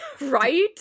Right